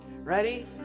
Ready